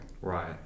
right